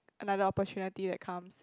another opportunity that comes ya